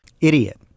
idiot